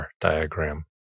diagram